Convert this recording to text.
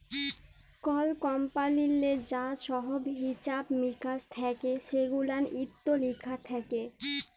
call কমপালিললে যা ছহব হিছাব মিকাস থ্যাকে সেগুলান ইত্যে লিখা থ্যাকে